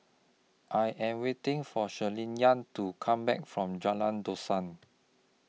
I Am waiting For Shirleyann to Come Back from Jalan Dusan